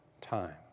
time